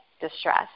distress